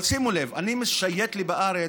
אבל, שימו לב, אני משייט לי בארץ